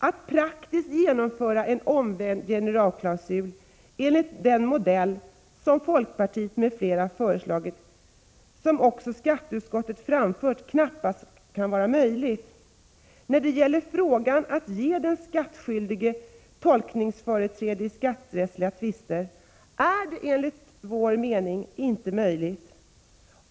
Att praktiskt genomföra en omvänd generalklausul enligt den modell Bengt Westerberg m.fl. föreslagit kan, som också skatteutskottet anfört, knappast vara möjligt. Att ge den skattskyldige tolkningsföreträde i skatterättsliga tvister är enligt vår mening inte möjligt.